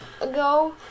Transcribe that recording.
ago